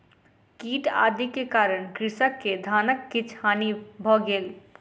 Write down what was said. कीट आदि के कारण कृषक के धानक किछ हानि भ गेल